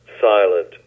silent